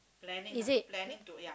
is it